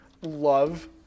love